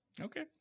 Okay